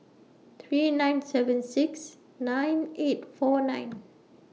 three nine seven six nine eight four nine